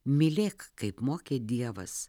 mylėk kaip mokė dievas